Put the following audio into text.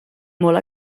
molt